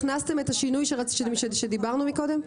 הכנסתם את השינוי שדיברנו קודם?